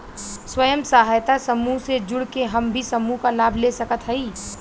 स्वयं सहायता समूह से जुड़ के हम भी समूह क लाभ ले सकत हई?